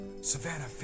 Savannah